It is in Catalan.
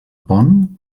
pont